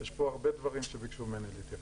יש פה הרבה דברים שביקשו ממני להתייחס אליהם.